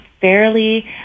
fairly